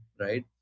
right